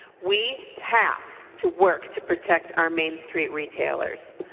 we have to work to protect our main street retailers.